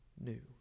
new